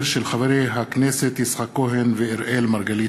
בהצעת חברי הכנסת יצחק כהן ואראל מרגלית